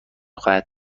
خواهد